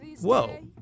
whoa